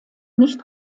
nicht